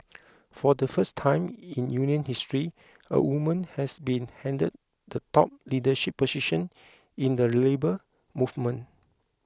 for the first time in union history a woman has been handed the top leadership position in the Labour Movement